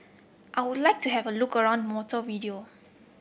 I would like to have a look around Montevideo